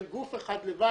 של גוף אחד לבד.